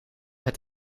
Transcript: het